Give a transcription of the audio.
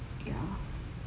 ya